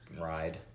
ride